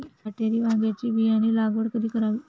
काटेरी वांग्याची बियाणे लागवड कधी करावी?